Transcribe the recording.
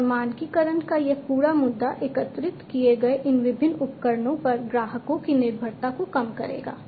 और मानकीकरण का यह पूरा मुद्दा एकत्रित किए गए इन विभिन्न उपकरणों पर ग्राहकों की निर्भरता को कम करेगा